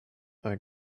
our